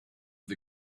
the